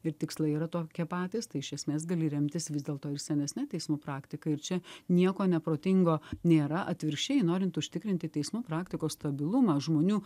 ir tikslai yra tokie patys tai iš esmės gali remtis vis dėl to ir senesne teismų praktika ir čia nieko neprotingo nėra atvirkščiai norint užtikrinti teismų praktikos stabilumą žmonių